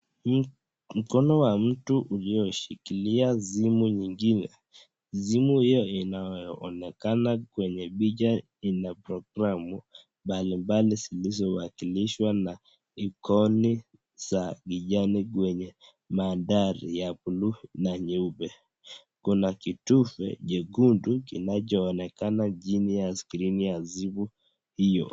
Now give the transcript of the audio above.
Hii mkono wa mtu ulioshikilia simu nyingine, simu hiyo inaonekana kwenye picha ina programu mbalimbali zilizowakilishwa na ikoni za vijani kwenye mandari ya buluu na nyeupe, kuna kituve jekundu inachoonekana chini ya skrini ya simu hiyo.